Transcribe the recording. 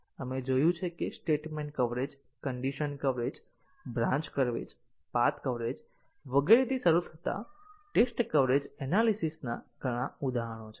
આપણે જોયું છે કે statement coverage condition coverage branch coverage path coverage વગેરેથી શરૂ થતા ટેસ્ટ કવરેજ એનાલીસીસના ઘણા ઉદાહરણો છે